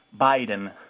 Biden